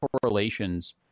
correlations